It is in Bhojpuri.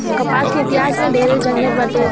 कपास के इतिहास में ढेरे झनझट बाटे